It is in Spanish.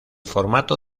formato